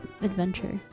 adventure